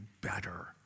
better